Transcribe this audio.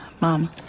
Mom